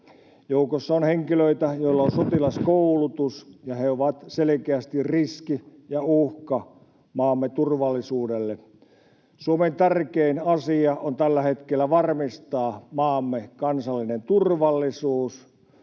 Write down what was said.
Joukossa on henkilöitä, joilla on sotilaskoulutus, ja he ovat selkeästi riski ja uhka maamme turvallisuudelle. Suomen tärkein asia on tällä hetkellä varmistaa maamme kansallinen turvallisuus.